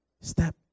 Step